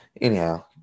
Anyhow